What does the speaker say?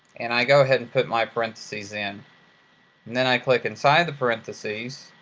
and i go ahead and put my parentheses in, and then i click inside the parentheses.